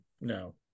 No